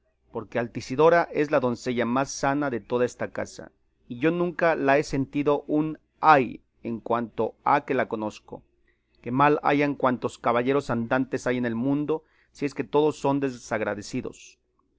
porque altisidora es la doncella más sana de toda esta casa y yo nunca la he sentido un ay en cuanto ha que la conozco que mal hayan cuantos caballeros andantes hay en el mundo si es que todos son desagradecidos